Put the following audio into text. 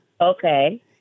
okay